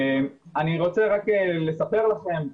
אני רוצה רק לספר לכם,